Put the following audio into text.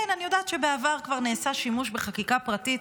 כן, אני יודעת שבעבר כבר נעשה שימוש בחקיקה פרטית